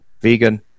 Vegan